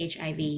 HIV